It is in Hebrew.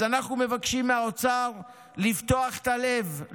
אז אנחנו מבקשים מהאוצר לפתוח את הלב,